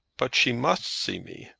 but she must see me.